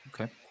Okay